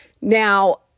Now